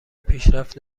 پیشرفت